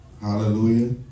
Hallelujah